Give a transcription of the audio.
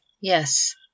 yes